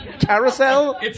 Carousel